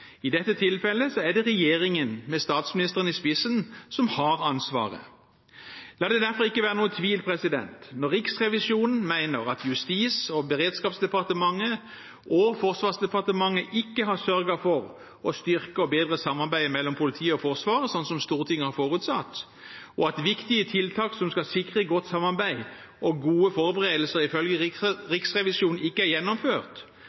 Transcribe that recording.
I dette tilfellet er det regjeringen med statsministeren i spissen som har ansvaret. La det derfor ikke være noen tvil: Når Riksrevisjonen mener at Justis- og beredskapsdepartementet og Forsvarsdepartementet ikke har sørget for å styrke og bedre samarbeidet mellom politiet og Forsvaret, slik Stortinget har forutsatt, og at viktige tiltak som skal sikre godt samarbeid og gode forberedelser, ifølge Riksrevisjon ikke er gjennomført,